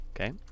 Okay